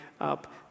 up